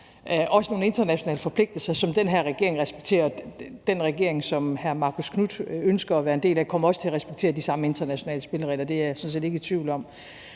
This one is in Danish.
nogle internationale forpligtelser, som den her regering respekterer, og den regering, som hr. Marcus Knuth ønsker at være en del af, kommer også til at respektere de samme internationale spilleregler. Det er jeg sådan set ikke i tvivl om,